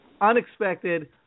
Unexpected